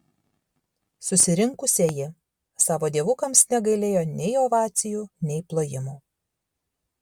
susirinkusieji savo dievukams negailėjo nei ovacijų nei plojimų